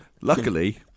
Luckily